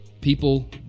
people